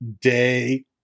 day